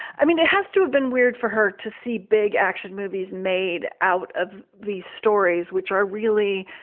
i mean, it has to have been weird for her to see big action movies made out of these stories, which are really